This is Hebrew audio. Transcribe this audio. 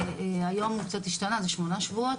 היום הוא קצת השתנה, זה שמונה שבועות,